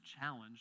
challenge